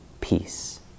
peace